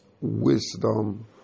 Wisdom